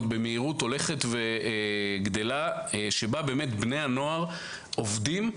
במהירות הולכת וגדלה שבו בני הנוער באמת עובדים.